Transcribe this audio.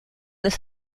las